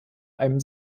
einem